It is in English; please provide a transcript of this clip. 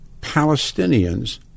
Palestinians